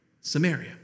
Samaria